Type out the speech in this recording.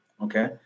okay